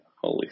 Holy